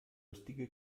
lustige